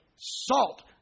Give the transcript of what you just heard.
Salt